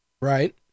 Right